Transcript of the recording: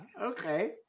Okay